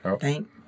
Thank